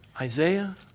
Isaiah